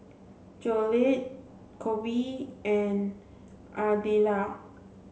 Jolette Coby and Adelia